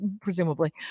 presumably